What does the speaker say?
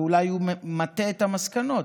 ואולי מטה את המסקנות.